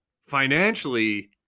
financially